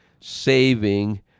saving